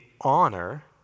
honor